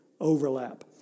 overlap